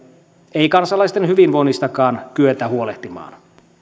ei kansalaisten hyvinvoinnistakaan kyetä huolehtimaan